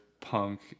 punk